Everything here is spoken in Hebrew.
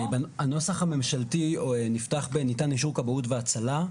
הנוסח הממשלתי נפתח ב"ניתן אישור כבאות והצלה".